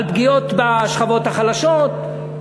על פגיעות בשכבות החלשות.